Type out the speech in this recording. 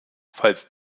falls